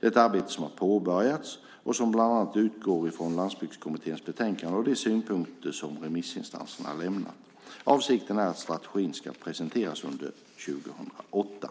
Det är ett arbete som har påbörjats och som bland annat utgår ifrån Landsbygdskommitténs betänkande och de synpunkter som remissinstanserna har lämnat. Avsikten är att strategin ska presenteras under 2008.